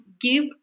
give